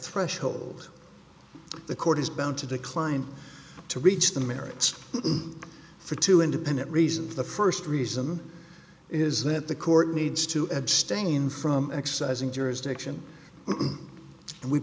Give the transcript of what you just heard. threshold the court is bound to decline to reach the merits for two independent reasons the first reason is that the court needs to abstain from exercising jurisdiction and we